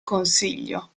consiglio